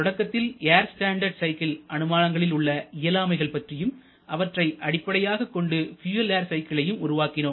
தொடக்கத்தில் air standard cycle அனுமானங்களில் உள்ள இயலாமைகள் பற்றியும்அவற்றை அடிப்படையாகக் கொண்டு பியூயல் ஏர் சைக்கிளையும் உருவாக்கினோம்